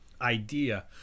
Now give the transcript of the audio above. idea